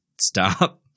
stop